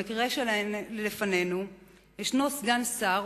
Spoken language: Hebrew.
במקרה שלפנינו יש סגן שר,